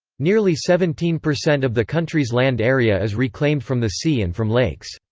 nearly seventeen percent of the country's land area is reclaimed from the sea and from lakes.